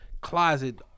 closet